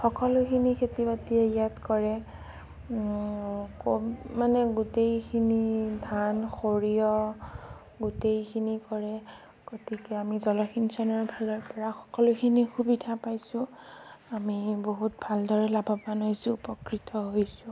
সকলোখিনি খেতিবাতিয়েই ইয়াত কৰে কম মানে গোটেইখিনি ধান সৰিয়হ গোটেইখিনি কৰে গতিকে আমি জলসিঞ্চনৰ ফালৰপৰা সকলোখিনি সুবিধা পাইছোঁ আমি বহুত ভালদৰে লাভবান হৈছোঁ উপকৃত হৈছোঁ